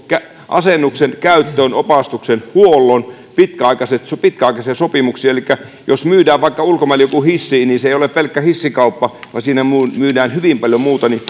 asennuksen käyttöön opastuksen ja huollon ja ne ovat pitkäaikaisia sopimuksia elikkä jos myydään vaikka ulkomaille joku hissi niin se ei ole pelkkä hissikauppa vaan siinä myydään hyvin paljon muuta